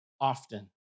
often